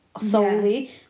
solely